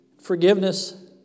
forgiveness